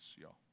y'all